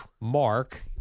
Mark